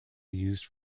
used